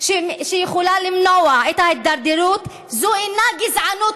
שיכולה למנוע את ההידרדרות זאת אינה גזענות